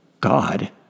God